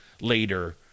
later